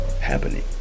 happening